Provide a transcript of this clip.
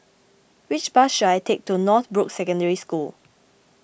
which bus should I take to Northbrooks Secondary School